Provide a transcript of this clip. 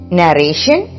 narration